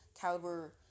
caliber